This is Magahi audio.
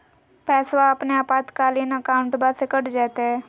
पैस्वा अपने आपातकालीन अकाउंटबा से कट जयते?